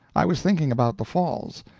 i was thinking about the falls,